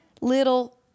little